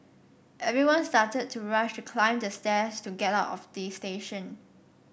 everyone started to rush to climb the stairs to get out of the station